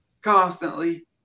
constantly